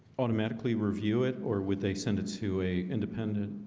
automatically review it or would they send it to a independent?